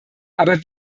aber